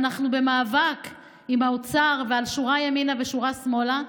ואנחנו במאבק עם האוצר על שורה ימינה ועל שורה שמאלה.